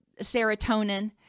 serotonin